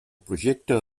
projecte